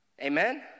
Amen